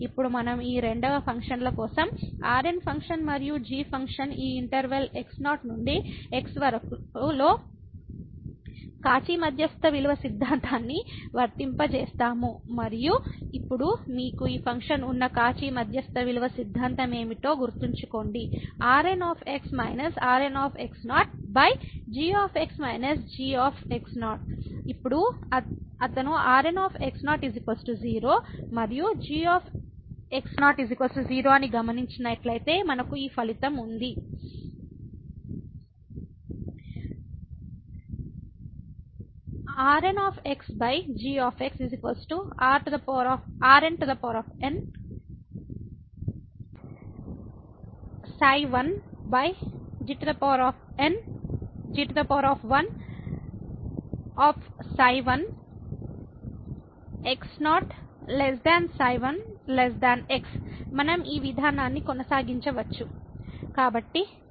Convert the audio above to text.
ఇప్పుడు మనం ఈ రెండు ఫంక్షన్ల కోసం Rn ఫంక్షన్ మరియు g ఫంక్షన్ ఈ ఇంటర్వెల్ x0 నుండి x వరకు లో కాచి మధ్యస్థ విలువ సిద్ధాంతాన్ని Cauchey's Mean value theorem వర్తింపజేస్తాము మరియు ఇప్పుడు మీకు ఈ ఫంక్షన్ ఉన్న కాచి మధ్యస్థ విలువ సిద్ధాంతం ఏమిటో గుర్తుంచుకోండి Rn Rn g g ఇప్పుడు అతను Rn 0 మరియు g 0 అని గమనించినట్లయితే మనకు ఈ ఫలితం ఉంది ⇒Rng Rn1ξ1g1ξ1 x0 ξ1 x మనం ఈ విధానాన్ని కొనసాగించవచ్చు